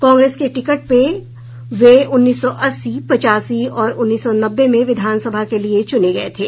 कांग्रेस के टिकट पर वे उन्नीस सौ अस्सी पचासी और उन्नीस सौ नब्बे में विधानसभा के लिये चुने गये थे